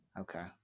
Okay